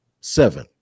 seven